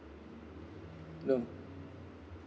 no